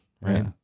right